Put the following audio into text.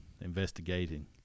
investigating